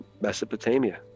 mesopotamia